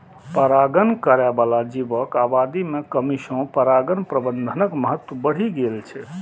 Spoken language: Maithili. परागण करै बला जीवक आबादी मे कमी सं परागण प्रबंधनक महत्व बढ़ि गेल छै